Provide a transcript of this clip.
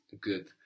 Good